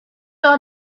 are